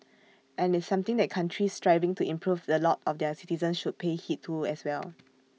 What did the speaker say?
and it's something that countries striving to improve the lot of their citizens should pay heed to as well